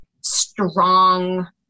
strong